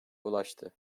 ulaştı